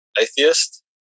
Atheist